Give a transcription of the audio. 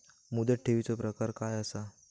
मुदत ठेवीचो प्रकार काय असा?